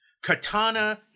Katana